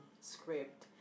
script